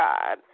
God